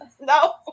no